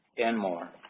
and more.